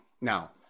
Now